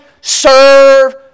serve